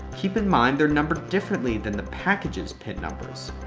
keep in mind, they're numbered differently than the package's pin numbers.